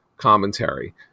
commentary